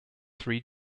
three